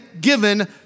given